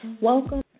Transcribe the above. Welcome